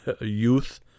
youth